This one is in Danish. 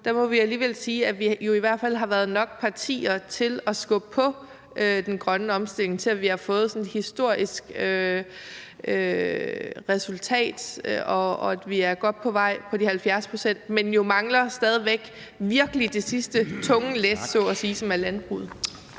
som vi har nu, i hvert fald har været nok partier til at skubbe på den grønne omstilling, til, at vi har fået sådan et historisk resultat, og at vi er godt på vej mod de 70 pct, mangler vi stadig væk virkelig det sidste tunge læs så at sige, som er landbruget.